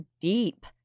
deep